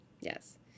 Yes